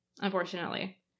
unfortunately